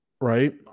right